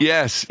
Yes